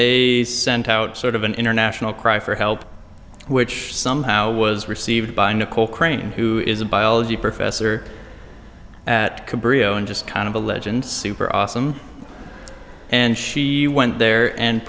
they sent out sort of an international cry for help which somehow was received by nicole crane who is a biology professor at breo and just kind of a legend super awesome and she went there and